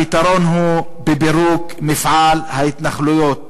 הפתרון הוא בפירוק מפעל ההתנחלויות.